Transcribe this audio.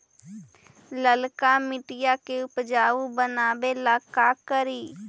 लालका मिट्टियां के उपजाऊ बनावे ला का करी?